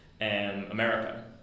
America